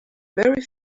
very